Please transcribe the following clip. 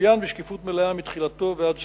ואופיין בשקיפות מלאה מתחילתו ועד סופו.